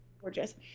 gorgeous